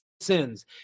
sins